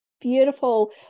Beautiful